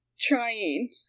trying